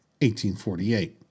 1848